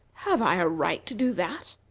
have i a right to do that?